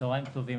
צוהריים טובים.